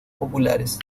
populares